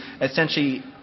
essentially